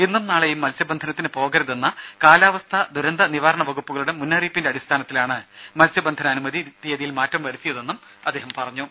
ഇന്നും നാളെയും മത്സ്യബന്ധനത്തിന് പോകരുതെന്ന കാലവസ്ഥാ ദുരന്ത നിവാരണ വകുപ്പുകളുടെ മുന്നറിയിപ്പിന്റെ അടിസ്ഥാനത്തിലാണ് മത്സ്യബന്ധന അനുമതി തീയതിയിൽ മാറ്റം വരുത്തിയതെന്നും അദ്ദേഹം പറഞ്ഞു